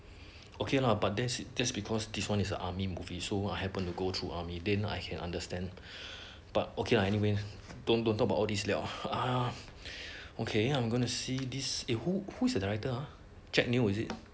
okay lah but that's that's because this one is a army movie so I happen to go through army then I can understand but okay lah anyway don't don't talk about all these liao um okay I'm gonna see this eh who who is the director uh jack neo is it